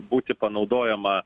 būti panaudojama